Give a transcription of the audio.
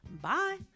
Bye